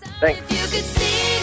Thanks